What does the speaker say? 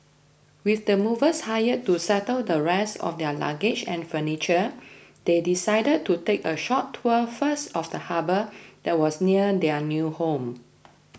with the movers hired to settle the rest of their luggage and furniture they decided to take a short tour first of the harbour that was near their new home